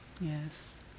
Yes